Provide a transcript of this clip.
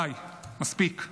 די, מספיק.